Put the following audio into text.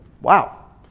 Wow